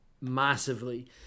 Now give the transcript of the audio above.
massively